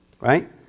right